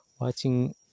watching